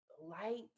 light